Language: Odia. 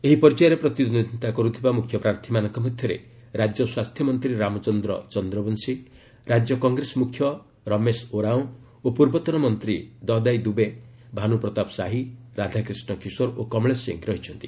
ଏହି ପର୍ଯ୍ୟାୟରେ ପ୍ରତିଦ୍ୱନ୍ଦ୍ୱିତା କରୁଥିବା ମୁଖ୍ୟ ପ୍ରାର୍ଥୀମାନଙ୍କ ମଧ୍ୟରେ ରାଜ୍ୟ ସ୍ୱାସ୍ଥ୍ୟମନ୍ତ୍ରୀ ରାମଚନ୍ଦ୍ର ଚନ୍ଦ୍ରବଂଶୀ ରାଜ୍ୟ କଂଗ୍ରେସ ମୁଖ୍ୟ ରମେଶ ଓରାଓଁ ଓ ପୂର୍ବତନ ମନ୍ତ୍ରୀ ଦଦାଇ ଦୁବେ ଭାନୁ ପ୍ରତାପ ସାହି ରାଧାକ୍ରିଷ୍ଣ କିଶୋର ଓ କମଳେଶ ସିଂ ଅଛନ୍ତି